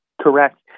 Correct